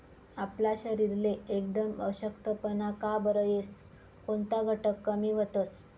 आपला शरीरले एकदम अशक्तपणा का बरं येस? कोनता घटक कमी व्हतंस?